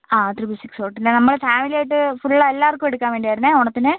ആ triple six തൊട്ട് പിന്നെ നമ്മൾ ഫാമിലി ആയിട്ട് ഫുൾ എല്ലാവർക്കും എടുക്കാൻ വേണ്ടി ആയിരുന്നേ ഓണത്തിന്